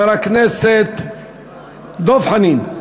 ואחריו, חבר הכנסת דב חנין.